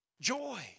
Joy